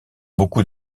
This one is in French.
beaucoup